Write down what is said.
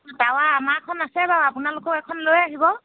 তাৱা আমাৰখন আছে বাৰু আপোনালোকও এখন লৈ আহিব